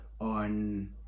on